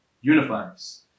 unifies